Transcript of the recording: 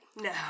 No